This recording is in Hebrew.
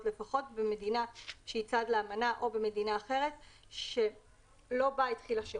לפחות במדינה שהיא צד לאמנה או במדינה אחרת שלא בה התחיל השירות,